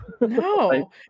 No